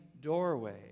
doorway